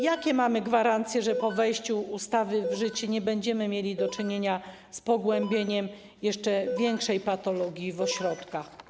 Jakie mamy gwarancje, że po wejściu ustawy w życie nie będziemy mieli do czynienia z pogłębieniem się patologii w ośrodkach?